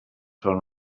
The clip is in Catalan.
són